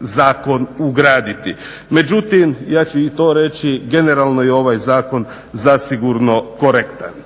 zakon ugraditi. Međutim, ja ću i to reći, generalno je i ovaj zakon zasigurno korektan.